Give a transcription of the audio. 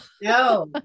No